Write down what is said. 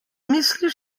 misliš